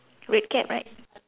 red cap right